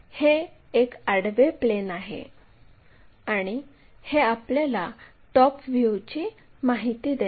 हे एक आडवे प्लेन आहे आणि हे आपल्याला टॉप व्ह्यूची माहिती देते